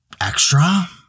extra